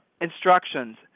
instructions –